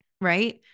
right